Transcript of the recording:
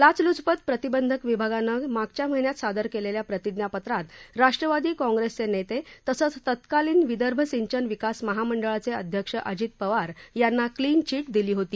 लाचलुचपत प्रतिबंध विभागानं मागच्या महिन्यात सादर केलेल्या प्रतिज्ञापत्रात राष्ट्रवादी काँग्रसचे नेते तसंच तत्कालीन विदर्भ सिंचन विकास महामंडाळचे अध्यक्ष अजित पवार यांना क्लीन चिट दिली होती